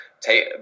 take